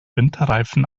winterreifen